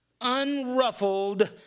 unruffled